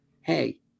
Hey